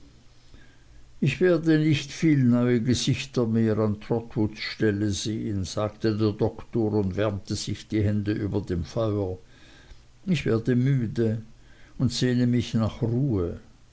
ich werde nicht viel neue gesichter mehr an trotwoods stelle sehen sagte der doktor und wärmte sich die hände über dem feuer ich werde müde und sehne mich nach ruhe